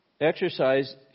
exercise